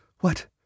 What